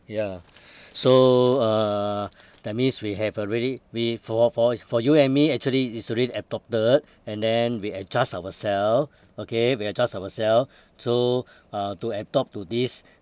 ya so uh that means we have already we for for for you and me actually is already adopted and then we adjust ourselves okay we adjust ourselves so uh to adopt to this